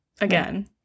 again